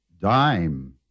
Dime